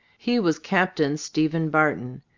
he was captain stephen barton,